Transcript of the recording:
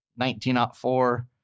1904